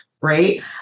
right